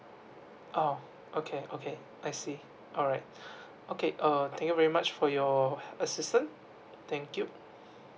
oh okay okay I see all right okay uh thank you very much for your assistance thank you